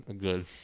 good